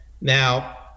Now